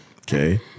okay